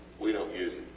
we dont use